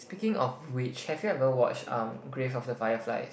speaking of which have you ever watch um grave of the fireflies